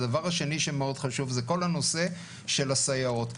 דבר שני שמאוד חשוב זה כל הנושא של הסייעות,